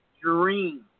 dream